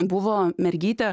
buvo mergytė